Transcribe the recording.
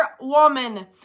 woman